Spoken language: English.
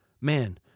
man